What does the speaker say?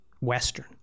Western